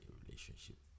relationship